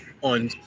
on